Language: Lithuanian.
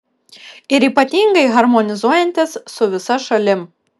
ir ypatingai harmonizuojantis su visa šalim